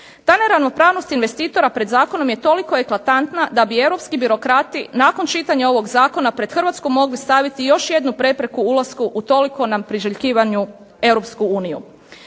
Ta neravnopravnost investitora pod zakonom je toliko eklatantna da bi Europski birokrati nakon čitanja ovog Zakona pred Hrvatskom mogli staviti još jednu prepreku pri ulasku u toliko nam priželjkivanu